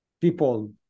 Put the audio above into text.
people